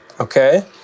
okay